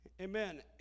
Amen